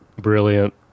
Brilliant